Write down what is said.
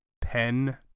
pen